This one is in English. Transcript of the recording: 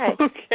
Okay